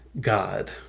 God